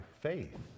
faith